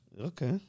Okay